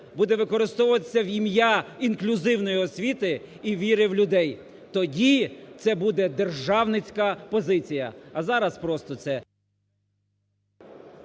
буде використовуватися в ім'я інклюзивної освіти і віри в людей. Тоді це буде державницька позиція. А зараз просто це…